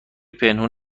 پنهون